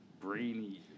brainy